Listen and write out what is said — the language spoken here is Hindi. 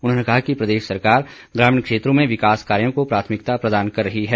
उन्होंने इस अवसर पर कहा कि प्रदेश सरकार ग्रामीण क्षेत्रों में विकास कार्यों को प्राथमिकता प्रदान कर रही है